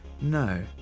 no